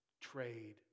Trade